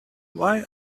why